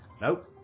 Nope